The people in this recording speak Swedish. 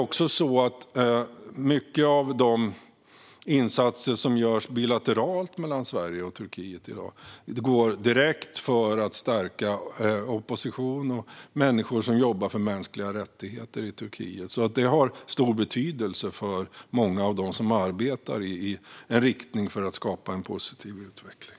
Många av de insatser som görs bilateralt mellan Sverige och Turkiet i dag syftar också direkt till att stärka oppositionen och människor som jobbar för mänskliga rättigheter i Turkiet. Detta har stor betydelse för många av dem som arbetar för att skapa en positiv utveckling.